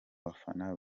bafana